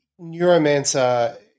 neuromancer